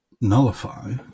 nullify